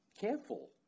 careful